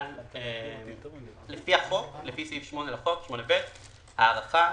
לפי סעיף 8ב לחוק, ההארכה,